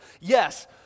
Yes